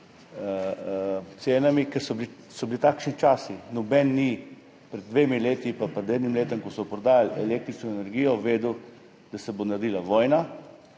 cenami, ker so bili takšni časi. Noben ni pred dvema letoma ali pred enim letom, ko so prodajali električno energijo, vedel, da se bo zgodila vojna